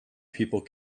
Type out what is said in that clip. people